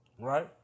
right